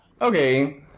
Okay